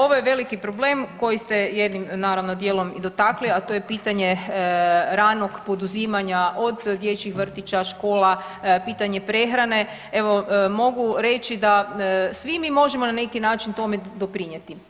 Ovo je veliki problem kojim ste jednim naravno dijelom i dotakli, a to je pitanje ranog poduzimanja od dječjih vrtića, škola, pitanje prehrane, evo mogu reći da svi mi možemo na neki način tome doprinjeti.